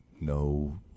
no